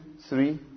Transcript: three